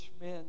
men